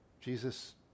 Jesus